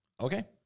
Okay